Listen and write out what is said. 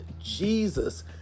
Jesus